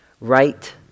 right